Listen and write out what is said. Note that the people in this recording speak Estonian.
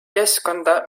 keskkonda